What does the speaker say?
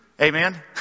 Amen